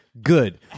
good